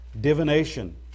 divination